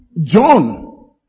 John